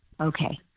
okay